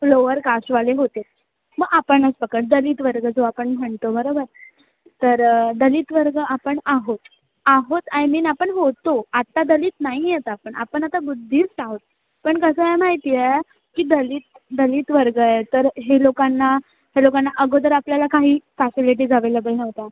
lower कास्टवाले होते मग आपणच पकड दलित वर्ग जो आपण म्हणतो बरोबर तर दलित वर्ग आपण आहोत आहोत आय मीन आपण होतो आता दलित नाही आहेत आपण आपण आता बुद्धिस्ट आहोत पण कसं आहे माहीत आहे की दलित दलित वर्ग आहे तर हे लोकांना हे लोकांना अगोदर आपल्याला काही फॅसिलिटीज अवेलेबल नव्हत्या